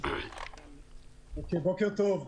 בוקר טוב,